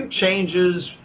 changes